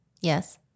Yes